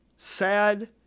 sad